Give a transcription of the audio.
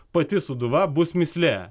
pati sūduva bus mįslė